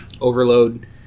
overload